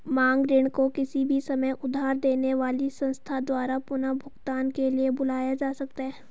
मांग ऋण को किसी भी समय उधार देने वाली संस्था द्वारा पुनर्भुगतान के लिए बुलाया जा सकता है